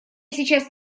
сейчас